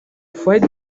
fuadi